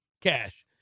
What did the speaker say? cash